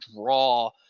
draw